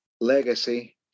legacy